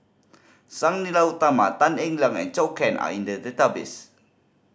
Sang Nila Utama Tan Eng Liang and Zhou Can are in the database